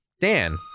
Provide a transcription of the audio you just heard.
Dan